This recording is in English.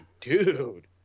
Dude